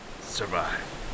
survive